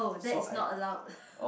oh that is not allowed